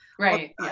Right